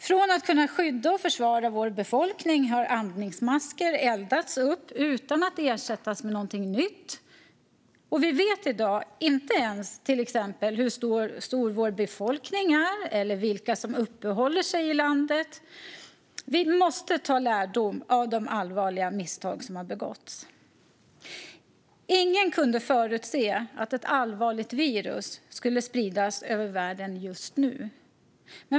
Från att kunna skydda och försvara vår befolkning har andningsmasker eldats upp utan att ersättas med någonting nytt, och vi vet i dag inte ens till exempel hur stor vår befolkning är eller vilka som uppehåller sig i landet. Vi måste ta lärdom av de allvarliga misstag som har begåtts. Ingen kunde förutse att ett allvarligt virus skulle spridas över världen just nu.